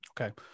Okay